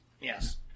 yes